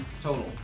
total